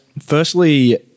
firstly